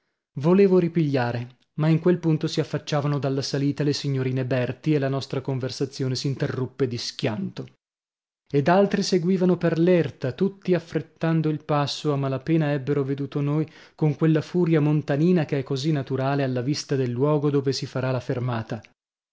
volevo ripigliare ma in quel punto si affacciavano dalla salita le signorine berti e la nostra conversazione s'interruppe di schianto ed altri seguivano per l'erta tutti affrettando il passo a mala pena ebbero veduto noi con quella furia montanina che è così naturale alla vista del luogo dove si farà la fermata